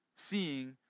seeing